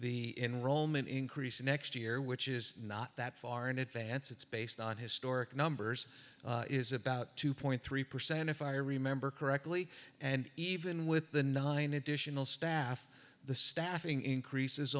the enrollment increase next year which is not that far in advance it's based on historic numbers is about two point three percent if i remember correctly and even with the nine additional staff the staffing increases